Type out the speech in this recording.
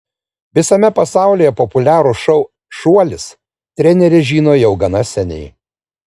visame pasaulyje populiarų šou šuolis trenerė žino jau gana seniai